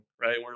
Right